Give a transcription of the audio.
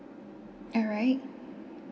alright